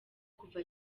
kuva